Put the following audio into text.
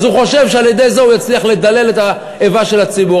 אז הוא חושב שעל-ידי זה הוא יצליח לדלל את האיבה של הציבור,